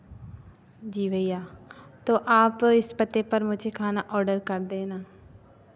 जी भैया तो आप इस पते पर मुझे खाना ऑर्डर कर देना